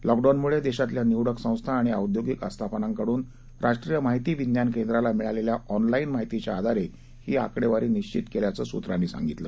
लॉकडाऊनमुळे देशातल्या निवडक संस्था आणि औद्योगिक आस्थापनांकडून राष्ट्रीय माहिती विज्ञान केंद्राला मिळालेल्या ऑनलाईन माहितीच्या आधारे ही आकडेवारी निश्वित केल्याचं सूत्रांनी सांगितलं